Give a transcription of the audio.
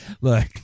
Look